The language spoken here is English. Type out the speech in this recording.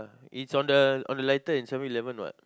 is on the on the lighter in Seven-Eleven what